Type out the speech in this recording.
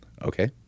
Okay